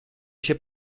się